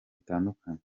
bitandukanye